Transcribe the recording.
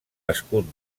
escut